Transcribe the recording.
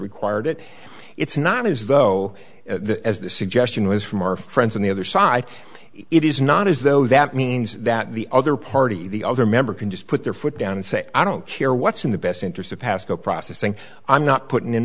require that it's not as though as the suggestion was from our friends on the other side it is not as though that means that the other party the other member can just put their foot down and say i don't care what's in the best interest of pascoe processing i'm not putting in